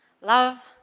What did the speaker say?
love